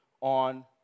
on